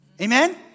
Amen